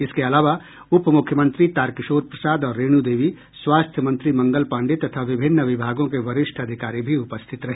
इसके अलावा उपमुख्यमंत्री तारकिशोर प्रसाद और रेणु देवी स्वास्थ्य मंत्री मंगल पांडेय तथा विभिन्न विभागों के वरिष्ठ अधिकारी भी उपस्थ्त रहे